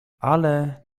ale